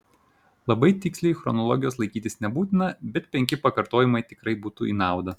labai tiksliai chronologijos laikytis nebūtina bet penki pakartojimai tikrai būtų į naudą